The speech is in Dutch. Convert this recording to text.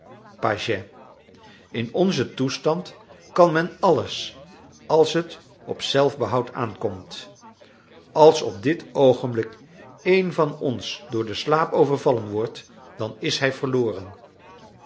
pagès in onzen toestand kan men alles als het op zelfbehoud aankomt als op dit oogenblik een van ons door den slaap overvallen wordt dan is hij verloren